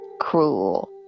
cruel